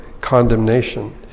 condemnation